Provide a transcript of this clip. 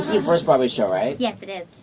your first broadway show, right? yes, it is.